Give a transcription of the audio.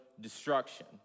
destruction